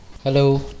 hello